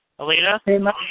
Alita